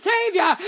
Savior